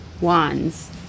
Wands